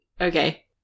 okay